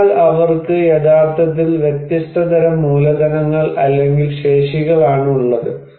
അതിനാൽ അവർക്ക് യഥാർത്ഥത്തിൽ വ്യത്യസ്ത തരം മൂലധനങ്ങൾ അല്ലെങ്കിൽ ശേഷികൾ ആണ് ഉള്ളത്